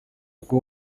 kuba